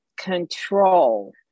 control